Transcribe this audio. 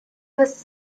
was